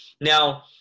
Now